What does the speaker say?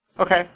Okay